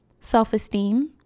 self-esteem